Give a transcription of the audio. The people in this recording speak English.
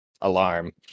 alarm